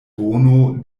bono